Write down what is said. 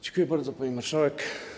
Dziękuję bardzo, pani marszałek.